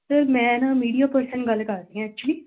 sir ਮੈਂ ਨਾ media person ਗੱਲ ਕਰਦੀ ਹਾਂ ਐਕਚੁਲੀ